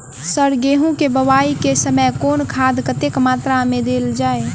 Sir गेंहूँ केँ बोवाई केँ समय केँ खाद कतेक मात्रा मे देल जाएँ?